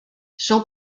sont